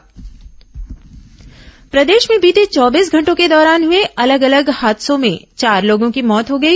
हादसा प्रदेश में बीते चौबीस घंटों के दौरान हुए अलग अलग हादसों में चार लोगों की मौत हो गई